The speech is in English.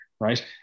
right